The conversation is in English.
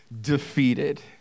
defeated